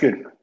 good